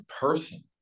person